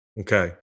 okay